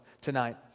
tonight